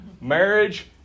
Marriage